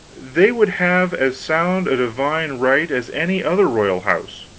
they would have as sound a divine right as any other royal house,